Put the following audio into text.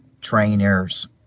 trainers